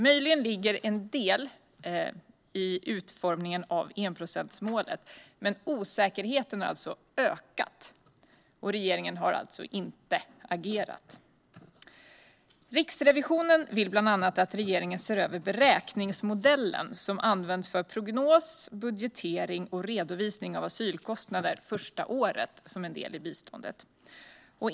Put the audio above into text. Möjligen ligger en del i utformningen av enprocentsmålet, men osäkerheten har alltså ökat. Regeringen har alltså inte agerat. Riksrevisionen vill bland annat att regeringen ser över beräkningsmodellen som används för prognos, budgetering och redovisning av asylkostnader första året som en del i biståndet.